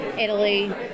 Italy